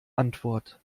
antwort